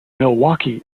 milwaukee